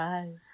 Bye